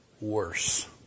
worse